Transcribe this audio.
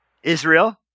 Israel